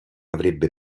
avrebbe